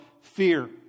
fear